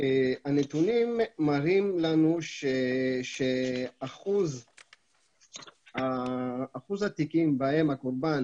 הנתונים מראים לנו שאחוז התיקים בהם הקורבן